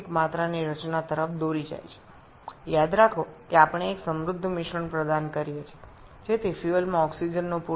মনে রাখবেন আমরা একটি সমৃদ্ধ মিশ্রণ সরবরাহ করছি যাতে জ্বালানীতে পর্যাপ্ত পরিমাণে অক্সিজেন থাকে না